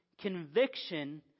Conviction